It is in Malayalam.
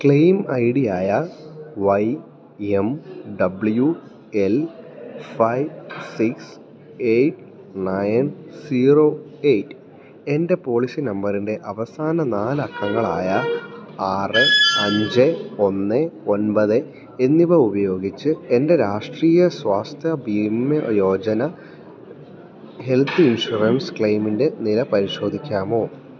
ക്ലെയിം ഐ ഡിയായ Y M W L five six eight nine zero eight എൻ്റെ പോളിസി നമ്പറിൻ്റെ അവസാന നാല് അക്കങ്ങളായ ആറ് അഞ്ച് ഒന്ന് ഒൻപത് എന്നിവ ഉപയോഗിച്ച് എൻ്റെ രാഷ്ട്രീയ സ്വാസ്ഥ ബീമ യോജന ഹെൽത്ത് ഇൻഷുറൻസ് ക്ലെയിമിൻ്റെ നില പരിശോധിക്കാമോ